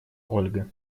ольга